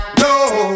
no